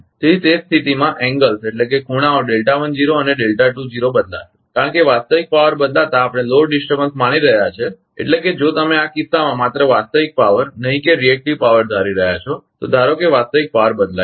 તેથી તે સ્થિતિમાં એંગલસખૂણાઓ અને બદલાશે કારણ કે વાસ્તવિક પાવર બદલાતા આપણે લોડ ડિસ્ટર્બન્સ માની રહ્યા છીએ એટલે કે જો તમે આ કિસ્સામાં માત્ર વાસ્તવિક પાવર નહીં કે રિએક્ટિવ પાવર ધારી રહ્યા છો તો ધારો કે વાસ્તવિક પાવર બદલાય છે